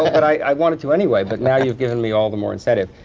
and i wanted to anyway, but now you've given me all the more incentive.